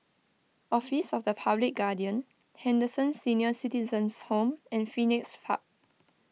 Office of the Public Guardian Henderson Senior Citizens' Home and Phoenix Park